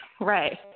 Right